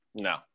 no